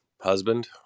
husband